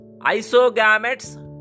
isogametes